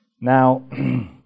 Now